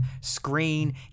screen